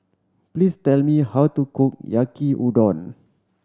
please tell me how to cook Yaki Udon